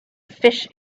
fish